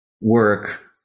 work